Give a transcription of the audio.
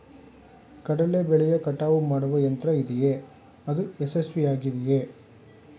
ಕಡಲೆ ಬೆಳೆಯ ಕಟಾವು ಮಾಡುವ ಯಂತ್ರ ಇದೆಯೇ? ಅದು ಯಶಸ್ವಿಯಾಗಿದೆಯೇ?